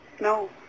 No